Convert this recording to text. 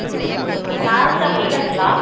sari shop டீலருங்களா